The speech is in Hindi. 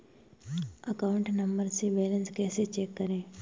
अकाउंट नंबर से बैलेंस कैसे चेक करें?